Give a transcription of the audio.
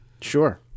Sure